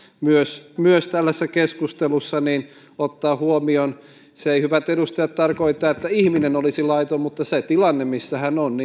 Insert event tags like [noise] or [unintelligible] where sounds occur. myös myös tällaisessa keskustelussa ottaa huomioon se ei hyvät edustajat tarkoita että ihminen olisi laiton mutta se tilanne missä hän on [unintelligible]